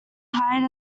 hired